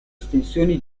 estensioni